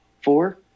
four